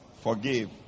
Forgive